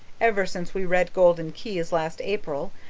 ever since we read golden keys last april,